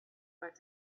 but